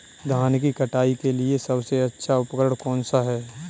धान की कटाई के लिए सबसे अच्छा उपकरण कौन सा है?